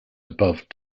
above